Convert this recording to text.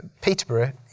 Peterborough